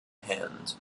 hand